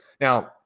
Now